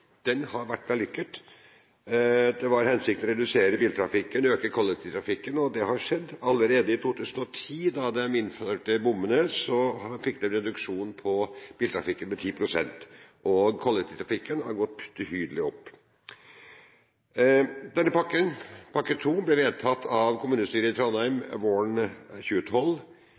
Den har vært vellykket. Hensikten var å redusere biltrafikken og øke kollektivtrafikken, og det har skjedd. Allerede i 2010, da man innførte bommene, fikk man en reduksjon på biltrafikken med 10 pst., og kollektivtrafikken har gått betydelig opp. Denne pakken, trinn 2, ble vedtatt av kommunestyret i Trondheim våren 2012,